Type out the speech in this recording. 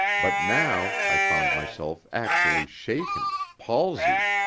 but now i found myself actually shaken, palsied.